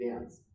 dance